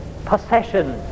possession